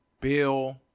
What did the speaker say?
Bill